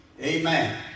Amen